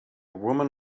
woman